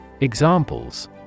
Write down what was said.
Examples